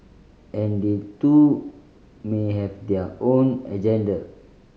and they too may have their own agenda